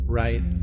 right